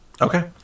okay